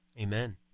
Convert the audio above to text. Amen